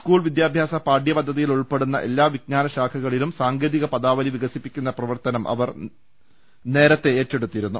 school വിദ്യാഭ്യാസ പാഠ്യപദ്ധതിയിൽ ഉൾപ്പെടുന്ന എല്ലാ വിജ്ഞാന ശാഖകളിലും സാങ്കേതിക പദാവലി വികസിപ്പി ക്കുന്ന പ്രവർത്തനം നേരത്തെ അവർ ഏറ്റെടുത്തിരുന്നു